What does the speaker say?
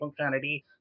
functionality